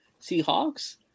seahawks